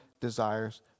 desires